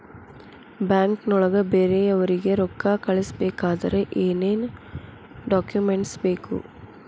ಬ್ಯಾಂಕ್ನೊಳಗ ಬೇರೆಯವರಿಗೆ ರೊಕ್ಕ ಕಳಿಸಬೇಕಾದರೆ ಏನೇನ್ ಡಾಕುಮೆಂಟ್ಸ್ ಬೇಕು?